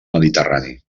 mediterrani